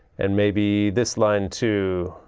and maybe this line too,